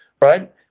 right